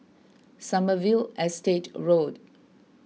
Sommerville Estate Road